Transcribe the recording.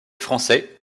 français